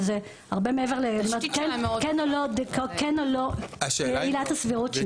וזה הרבה מעבר לכן או לא עילת הסבירות,